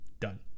done